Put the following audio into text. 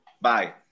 bye